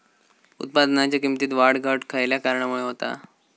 उत्पादनाच्या किमतीत वाढ घट खयल्या कारणामुळे होता?